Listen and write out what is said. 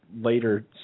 Later